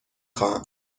خواهم